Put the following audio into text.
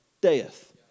death